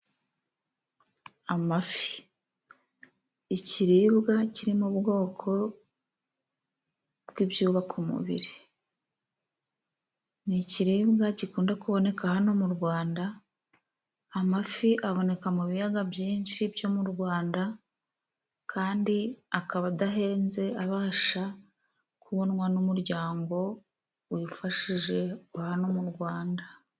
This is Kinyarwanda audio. Amafi ikiribwa kirimo ubwoko bw'ibyubaka umubiri, ni ikiribwa kikunda kuboneka hano mu Rwanda. Amafi aboneka mu biyaga byinshi byo mu Rwanda kandi akaba adahenze abasha kubonwa n'umuryango wifashije hano mu Rwanda.